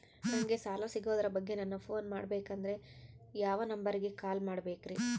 ನಂಗೆ ಸಾಲ ಸಿಗೋದರ ಬಗ್ಗೆ ನನ್ನ ಪೋನ್ ಮಾಡಬೇಕಂದರೆ ಯಾವ ನಂಬರಿಗೆ ಕಾಲ್ ಮಾಡಬೇಕ್ರಿ?